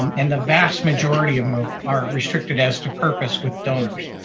um and the vast majority of them ah are restricted as to purpose with donors.